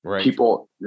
people